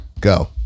go